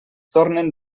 tornen